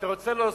אתה רוצה להוסיף,